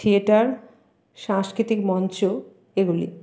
theatre সাংস্কৃতিক মঞ্চ এগুলি